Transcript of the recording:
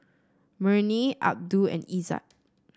Murni Abdul and Izzat